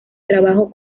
trabajo